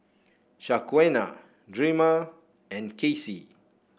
Shaquana Drema and Kasey